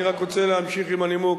אני רק רוצה להמשיך עם הנימוק.